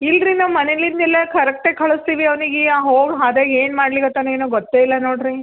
ಇಲ್ರಿ ನಾ ಮನೆ ಇರೋದಿಲ್ಲ ಕರೆಕ್ಟ್ ಕಳಿಸ್ತೀವಿ ಅವ್ನಿಗೀಯ ಹೊ ಅದೇ ಏನು ಮಾಡ್ಲಿಕ್ಕತ್ತೇನೊ ಗೊತ್ತೇ ಇಲ್ಲ ನೋಡಿರಿ